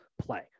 play